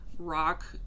rock